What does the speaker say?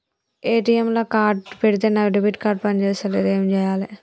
ATM లా card పెడితే నా డెబిట్ కార్డ్ పని చేస్తలేదు ఏం చేయాలే?